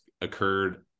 occurred